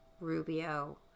Rubio